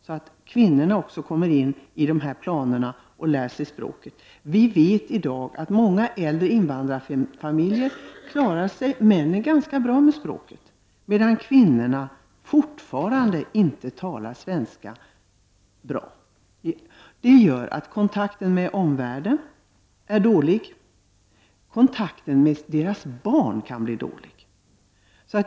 Även kvinnor skall således finnas med i dessa planer och kunna lära sig svenska språket. Vi vet att männen i många äldre invandrarfamiljer klarar sig ganska bra språkligt sett. Kvinnorna däremot talar fortfarande inte svenska särskilt bra. Det gör att deras kontakt med omvärlden är dålig. Även kontakten med barnen kan bli dålig.